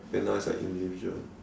then now it's like individual